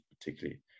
particularly